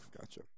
Gotcha